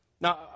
Now